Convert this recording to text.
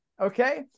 okay